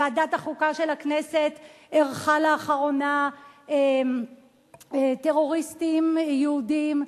ועדת החוקה של הכנסת אירחה לאחרונה טרוריסטים יהודים,